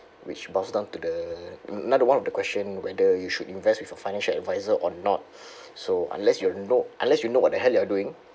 which boils down to the another one of the question whether you should invest with a financial advisor or not so unless you know unless you know what the hell you're doing